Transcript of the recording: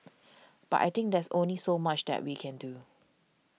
but I think there's only so much that we can do